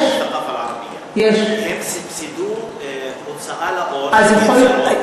הם סבסדו הוצאה לאור של יצירות, אז יכול להיות.